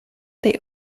they